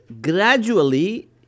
gradually